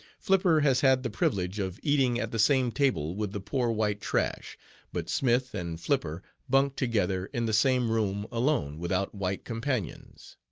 flipper has had the privilege of eating at the same table with the poor white trash but smith and flipper bunked together in the same room alone, without white companions.